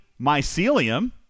mycelium